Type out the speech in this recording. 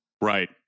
right